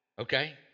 Okay